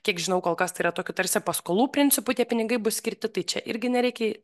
kiek žinau kol kas tai yra tokių tarsi paskolų principu tie pinigai bus skirti tai čia irgi nereikia